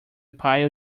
pile